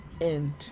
end